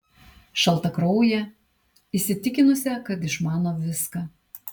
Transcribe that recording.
šaltakrauję įsitikinusią kad išmano viską